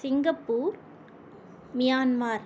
Singapore Myanmar